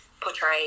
portray